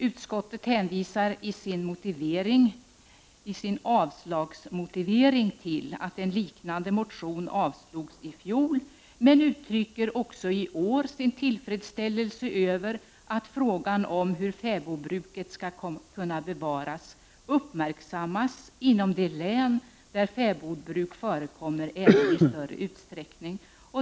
Utskottets hänvisar i sin motivering för avslag till att en liknande motion avslogs i fjol men uttrycker också sin tillfredsställelse över att frågan om hur fäbodbruket skall kunna bevaras uppmärksammas inom de län där fäbodbruk ännu förekommer i större utsträckning.